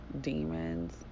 demons